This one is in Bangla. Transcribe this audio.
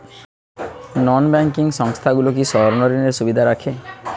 নন ব্যাঙ্কিং সংস্থাগুলো কি স্বর্ণঋণের সুবিধা রাখে?